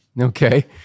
okay